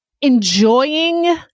enjoying